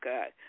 God